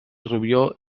rubió